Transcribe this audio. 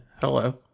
hello